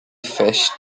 fished